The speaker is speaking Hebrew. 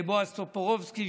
לבועז טופורובסקי,